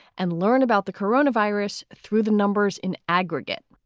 and learn about the corona virus through the numbers in aggregate.